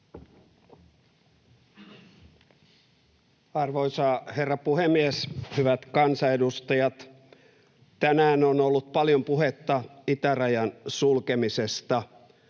Arvoisa herra puhemies! Hyvät kansanedustajat, tänään on ollut paljon puhetta itärajan sulkemisesta.